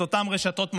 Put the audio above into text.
את אותן רשתות מזון,